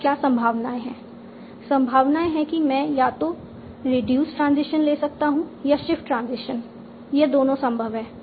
अब क्या संभावनाएं हैं संभावनाएं हैं कि मैं या तो रिड्यूस ट्रांजिशन ले सकता हूं या शिफ्ट ट्रांजिशन यह दोनों संभव है